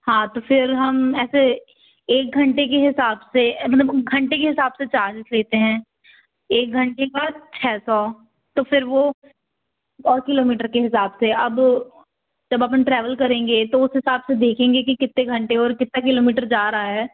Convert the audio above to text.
हाँ तो फिर हम ऐसे एक घंटे के हिसाब से घंटे के हिसाब से चार्ज लेते हैं एक घंटे का छ सौ तो फिर वो पर किलोमीटर के हिसाब से अब जब अपन ट्रैवल करेंगे तो उस हिसाब से देखेंगे कि कितने घंटे और कितना किलोमीटर जा रहा है